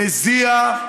מזיע,